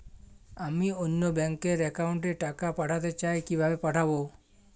আমি অন্য ব্যাংক র অ্যাকাউন্ট এ টাকা পাঠাতে চাই কিভাবে পাঠাবো?